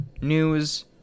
news